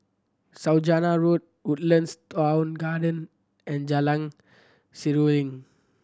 Saujana Road Woodlands Town Garden and Jalan Seruling